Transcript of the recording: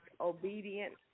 Obedient